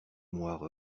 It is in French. moire